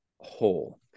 whole